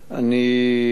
אני,